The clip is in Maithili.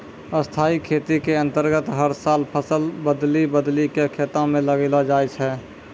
स्थाई खेती के अन्तर्गत हर साल फसल बदली बदली कॅ खेतों म लगैलो जाय छै